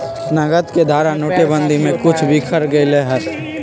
नकद के धारा नोटेबंदी में कुछ बिखर गयले हल